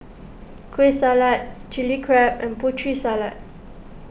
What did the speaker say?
Kueh Salat Chili Crab and Putri Salad